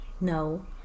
No